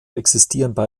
existieren